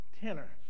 tenor